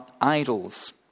idols